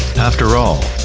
after all,